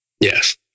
Yes